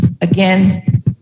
again